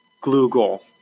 Google